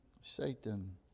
Satan